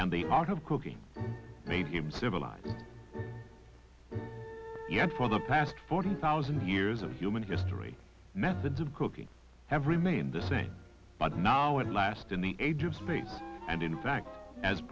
and the art of cooking made him civilized yet for the past forty thousand years of human history methods of cooking have remained the same but now at last in the age of space and in fact as